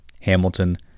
Hamilton